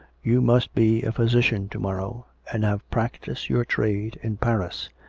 you must be a physician to-morrow, and have practised your trade in paris.